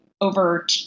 over